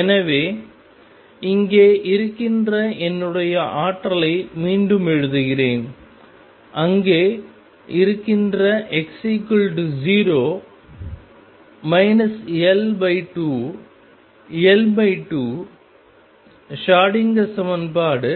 எனவே இங்கே இருக்கின்ற என்னுடைய ஆற்றலை மீண்டும் எழுதுகிறேன் அங்கே இருக்கின்ற x0 L2 L2 ஷ்ரோடிங்கர் சமன்பாடு